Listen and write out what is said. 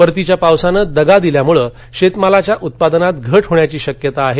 परतीच्या पावसाने दगा दिल्यामुळे शेतमालाच्या उत्पादनात घट होण्याची शक्यता आहे